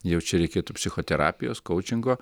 jau čia reikėtų psichoterapijos kaučingo